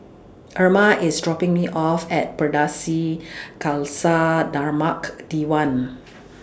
Erma IS dropping Me off At Pardesi Khalsa Dharmak Diwan